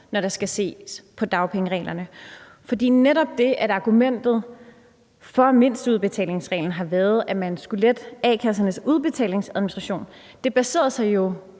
når der skal ses på dagpengereglerne. Netop argumentet for mindsteudbetalingsreglen, som har været, at man skulle lette a-kassernes udbetalingsadministration, er jo baseret på, at